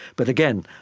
but again,